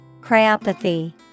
Cryopathy